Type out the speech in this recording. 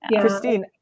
Christine